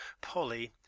polly